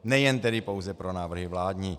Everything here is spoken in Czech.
Nejen tedy pouze pro návrhy vládní.